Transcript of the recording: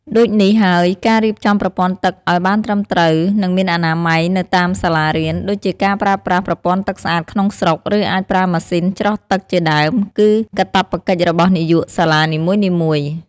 ដូចនេះហើយការរៀបចំប្រពន័្ធទឹកឲ្យបានត្រឹមត្រូវនិងមានអនាម័យនៅតាមសាលារៀន ដូចជាការប្រើប្រាស់ប្រពន្ធ័ទឺកស្អាតក្នុងស្រុក ឬអាចប្រើម៉ាសុីនច្រោះទឹកជាដើមគឺកាត្វកិច្ចរបស់នាយកសាលានីមួយៗ។